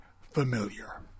familiar